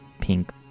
pink